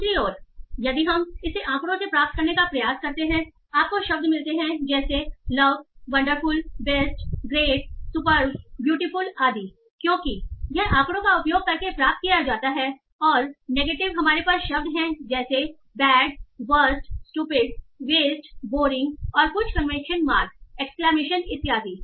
दूसरी ओर यदि हम इसे आँकड़ों से प्राप्त करने का प्रयास करते हैं आपको शब्द मिलते हैं जैसे love wonderful best great superb beautiful आदिक्योंकि यह आंकड़ों का उपयोग करके प्राप्त किया जाता है और नेगेटिव हमारे पास शब्द हैं जैसे bad worst stupid waste boring और कुछ क्वेश्चन मार्क एक्स्कलामेशन इत्यादि